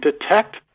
detect